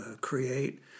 create